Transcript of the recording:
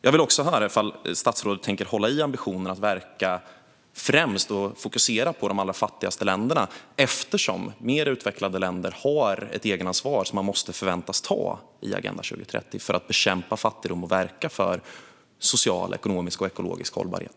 Jag vill också höra om statsrådet tänker hålla i ambitionen att främst fokusera på de allra fattigaste länderna eftersom mer utvecklade länder har ett egenansvar som de måste förväntas ta i Agenda 2030 för att bekämpa fattigdom och verka för social, ekonomisk och ekologisk hållbarhet.